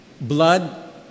Blood